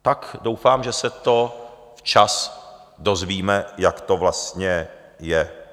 Tak doufám, že se to včas dozvíme, jak to vlastně je.